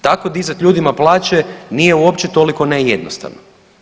Tako dizati ljudima plaće nije uopće toliko ne jednostavno.